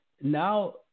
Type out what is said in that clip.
now